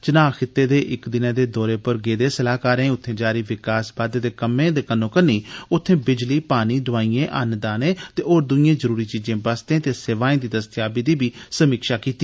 चिनाव खित्ते दे इक दिनै दे दौरे पर गेदे सलाहकारें उत्थे जारी विकास बाद्दे दे कम्में ते कन्नो कन्नी उत्थे बिजली पानी दोआइयें अन्नदानें ते होर दुइएं जरुरी चीजें बस्तें ते सेवाएं दी दस्तयाबी दी बी समीक्षा कीती